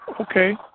Okay